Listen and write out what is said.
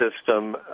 system